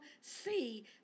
see